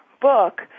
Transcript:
book